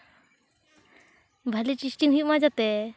ᱵᱷᱟᱹᱞᱤ ᱴᱮᱥᱴᱤᱝ ᱦᱩᱭᱩᱜ ᱢᱟ ᱡᱟᱛᱮ